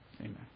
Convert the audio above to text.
Amen